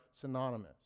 synonymous